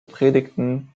predigten